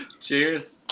Cheers